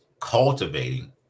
cultivating